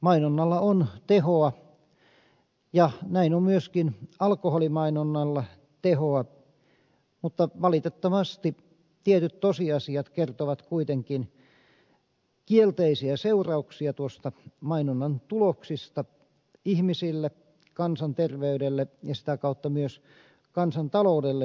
mainonnalla on tehoa ja näin on myöskin alkoholimainonnalla tehoa mutta valitettavasti tietyt tosiasiat kertovat kuitenkin kielteisiä seurauksia mainonnan tuloksista ihmisille kansanterveydelle ja sitä kautta myös kansantaloudelle